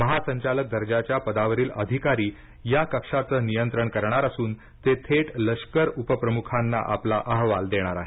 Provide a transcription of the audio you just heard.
महासंचालक दर्जाच्या पदावरील अधिकारी या कक्षाचे नियंत्रण करणार असून ते थेट लष्कर उपप्रमुखांना आपला अहवाल देतील